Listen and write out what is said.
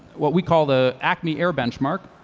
what we call the acmeair benchmark,